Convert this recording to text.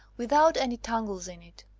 without any tangles in it.